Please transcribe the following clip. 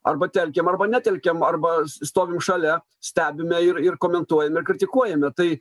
arba telkiam arba netelkiam arba stovim šalia stebime ir ir komentuojam ir kritikuojame tai